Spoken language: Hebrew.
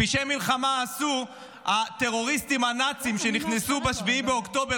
פשעי מלחמה עשו הטרוריסטים הנאצים שנכנסו ב-7 באוקטובר